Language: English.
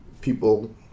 people